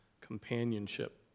companionship